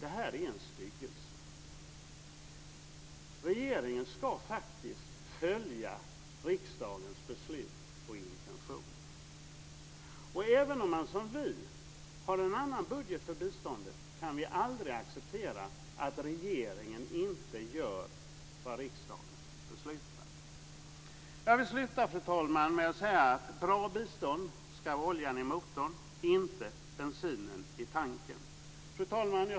Det är en styggelse. Regeringen ska faktiskt följa riksdagens beslut och intentioner. Även om man, som vi, har en annan budget för biståndet kan man aldrig acceptera att regeringen inte gör vad riksdagen beslutar. Jag vill avsluta, fru talman, med att säga att bra bistånd ska vara oljan i motorn, inte bensinen i tanken. Fru talman!